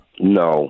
No